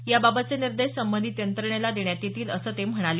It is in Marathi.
याबाबतचे निर्देश संबंधित यंत्रणेला देण्यात येतील असं ते म्हणाले